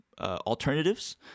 alternatives